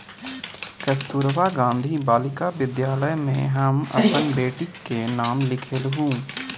कस्तूरबा गांधी बालिका विद्यालय मे हम अपन बेटीक नाम लिखेलहुँ